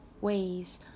ways